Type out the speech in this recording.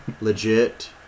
legit